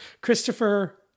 Christopher